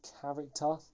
character